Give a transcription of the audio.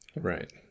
Right